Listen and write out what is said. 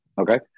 Okay